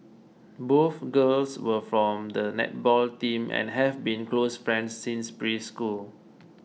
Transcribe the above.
both girls were from the netball team and have been close friends since preschool